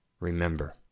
Remember